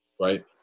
right